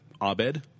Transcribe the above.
Abed